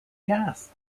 gas